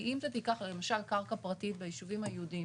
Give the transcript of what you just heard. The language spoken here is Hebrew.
כי אם אתה תיקח למשל קרקע פרטית בישובים היהודיים